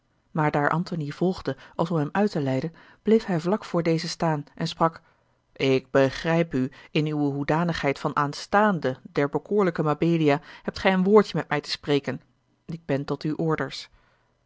maar daar antony volgde als om hem uit te leiden bleef hij vlak voor dezen staan en sprak ik begrijp u in uwe hoedanigheid van aanstaande der bekoorlijke mabelia hebt gij een woordje met mij te spreken ik ben tot uwe orders